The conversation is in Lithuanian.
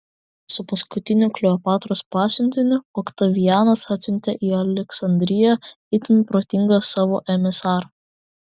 su paskutiniu kleopatros pasiuntiniu oktavianas atsiuntė į aleksandriją itin protingą savo emisarą